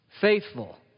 Faithful